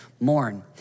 mourn